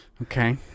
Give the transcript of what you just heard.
Okay